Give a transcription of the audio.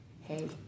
Hey